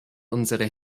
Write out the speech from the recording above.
unsere